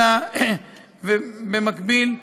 אלא, במקביל,